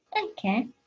Okay